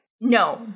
no